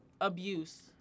Abuse